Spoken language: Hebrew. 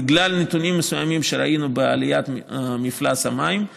בגלל נתונים מסוימים שראינו בעליית מפלס המים,